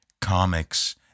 comics